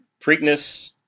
Preakness